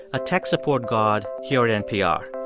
a tech support god here at npr.